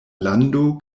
lando